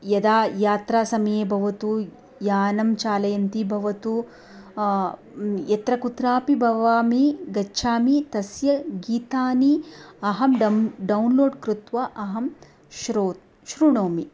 यदा यात्रा समये भवतु यानं चालयन्ति भवतु यत्र कुत्रापि भवामि गच्छामि तस्य गीतानि अहं डं डौन्लोड् कृत्वा अहं श्रो शृणोमि